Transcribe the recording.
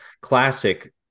classic